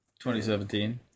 2017